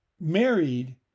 married